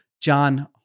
John